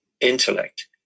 intellect